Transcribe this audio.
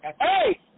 hey